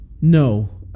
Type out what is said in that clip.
No